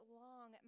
long